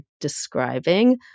describing